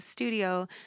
studio